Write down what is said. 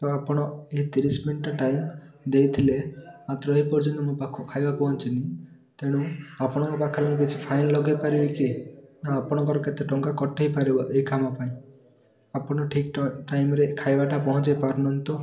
ତ ଆପଣ ଏଇ ତିରିଶ ମିନିଟ୍ ଟାଇମ୍ ଦେଇଥିଲେ ମାତ୍ର ଏପର୍ଯ୍ୟନ୍ତ ମୋ ପାଖକୁ ଖାଇବା ପହଞ୍ଚିନି ତେଣୁ ଆପଣଙ୍କ ପାଖରେ ମୁଁ କିଛି ଫାଇନ୍ ଲଗେଇପାରିବି କି ନା ଆପଣଙ୍କର କେତେଟଙ୍କା କଟି ପାରିବ ଏ କାମ ପାଇଁ ଆପଣ ଠିକ୍ ଟ ଟାଇମ୍ରେ ଖାଇବାଟା ପହଞ୍ଚେଇ ପାରୁନାହାଁନ୍ତି ତ